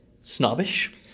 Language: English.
snobbish